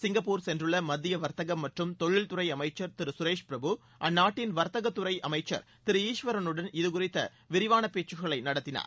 Singapore சென்றுள்ள மத்திய வா்த்தகம் மற்றும் தொழிற்துறை அமைச்சர் திரு சுரேஷ் பிரபு அந்நாட்டின் வர்த்தக உறவுத் துறை அமைச்சர் திரு ஈஸ்வரனுடன் இதுகுறித்து விரிவாள பேச்சுகளை நடத்தினார்